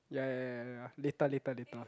ya ya ya ya ya later later later